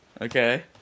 okay